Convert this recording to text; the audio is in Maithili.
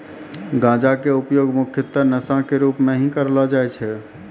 गांजा के उपयोग मुख्यतः नशा के रूप में हीं करलो जाय छै